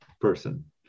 person